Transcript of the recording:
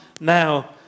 now